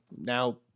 now